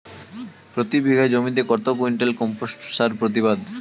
প্রতি বিঘা জমিতে কত কুইন্টাল কম্পোস্ট সার প্রতিবাদ?